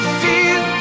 feel